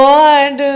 God